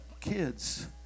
kids